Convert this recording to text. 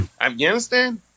Afghanistan